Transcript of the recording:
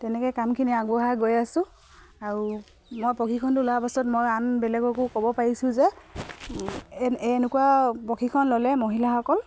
তেনেকে কামখিনি আগবঢ়াই গৈ আছোঁ আৰু মই প্ৰশিক্ষণটো লোৱাৰ পাছত মই আন বেলেগকো ক'ব পাৰিছোঁ যে এ এনেকুৱা প্ৰশিক্ষণ ল'লে মহিলাসকল